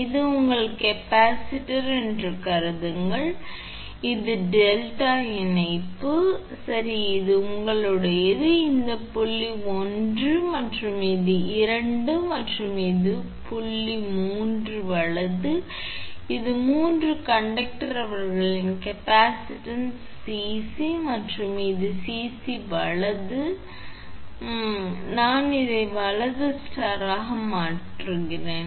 இது உங்கள் கெப்பாசிட்டர் என்று கருதுங்கள் இது டெல்டா இணைப்பு சரி இது உங்களுடையது இந்த புள்ளி 1 மற்றும் இது 2 மற்றும் இந்த புள்ளி உங்கள் 3 வலது இது 3 கண்டக்டர் அவர்களின் கேப்பாசிட்டன்ஸ் இது 𝐶𝑐 மற்றும் இது உங்கள் 𝐶𝑐 வலது எனவே என்றால் நான் வலது ஸ்டாராக மாறுகிறேன்